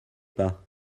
pas